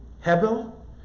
hebel